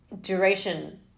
duration